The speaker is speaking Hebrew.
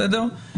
בסדר?